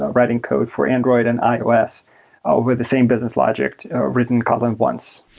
writing code for android and ios with the same business logic written kotlin once.